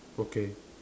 okay